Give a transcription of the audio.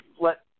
let